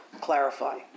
clarify